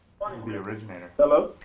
the originator. hello?